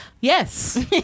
yes